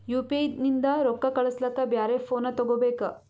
UPI ನಿಂದ ರೊಕ್ಕ ಕಳಸ್ಲಕ ಬ್ಯಾರೆ ಫೋನ ತೋಗೊಬೇಕ?